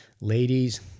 Ladies